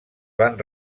van